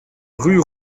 rue